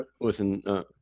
listen